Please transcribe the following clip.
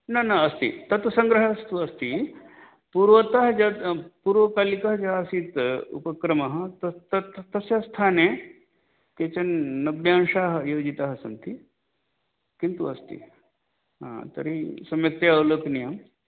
न न अस्ति तत् सङ्ग्रहस्तु अस्ति पूर्वतः यत् पूर्वकालिकः यः आसीत् उपक्रमः तत् तत् तस्य स्थाने केचन नव्यांशाः योजिताः सन्ति किन्तु अस्ति तर्हि सम्यक्तया अवलोकनीयं